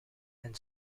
and